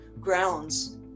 grounds